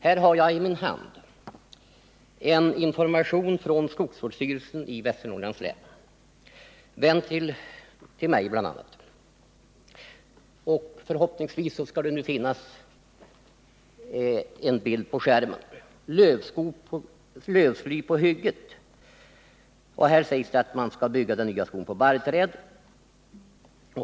Här har jag i min hand en informationsskrift från skogsvårdsstyrelsen i Västernorrlands län ställd till mig bl.a. Förhoppningsvis skall det nu finnas en bild på skärmen, Lövsly på hygget. Här sägs att man skall bygga den nya skogen på barrträd.